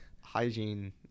hygiene